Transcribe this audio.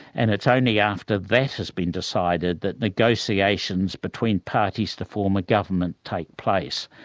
and it's only after that has been decided that negotiations between parties to form a government take place.